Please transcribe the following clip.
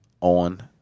on